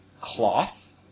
cloth